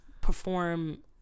perform